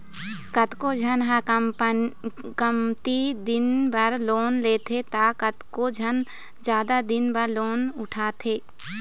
कतको झन ह कमती दिन बर लोन लेथे त कतको झन जादा दिन बर लोन उठाथे